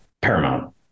paramount